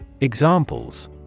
Examples